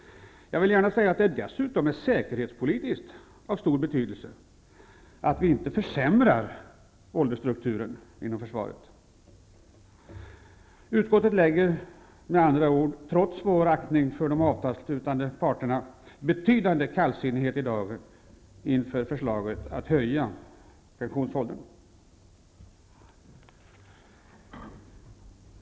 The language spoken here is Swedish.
Det är dessutom av säkerhetspolitiska skäl av stor betydelse att åldersstrukturen inte försämras inom försvaret. Utskottet lägger med andra ord, trots vår aktning för de avtalsslutande parterna, betydande kallsinnighet i dagen inför förslaget om att höja pensionsåldern.